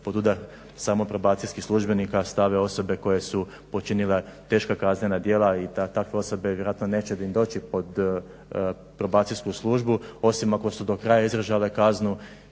pod udar samo probacijskih službenika stave osobe koje su počinile teška kaznena djela i takve osobe vjerojatno neće ni doći pod probacijsku službu osim ako su do kraja izdržale kaznu.